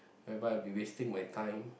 whereby will be wasting my time